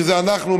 שזה אנחנו,